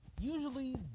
usually